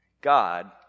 God